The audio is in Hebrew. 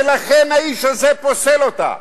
ולכן האיש הזה פוסל אותה.